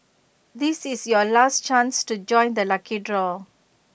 this is your last chance to join the lucky draw